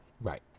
Right